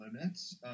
Limits